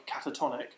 catatonic